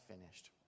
finished